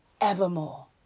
evermore